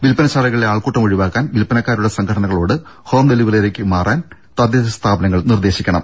വിൽപ്പനശാലകളിലെ ആൾക്കൂട്ടം ഒഴിവാക്കാൻ വിൽപ്പനക്കാരുടെ സംഘടനകളോട് ഹോം ഡെലിവറിയിലേക്ക് മാറാൻ തദ്ദേശ സ്ഥാപനങ്ങൾ നിർദ്ദേശിക്കണം